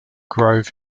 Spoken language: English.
grove